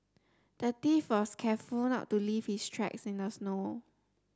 the thief was careful not to leave his tracks in the snow